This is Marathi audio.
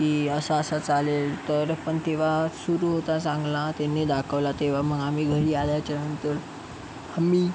की असा असा चालेल तर पण तेव्हा सुरु होता चांगला त्यांनी दाखवला तेव्हा मग आम्ही घरी आल्याच्यानंतर आम्ही